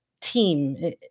team